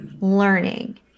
learning